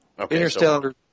Interstellar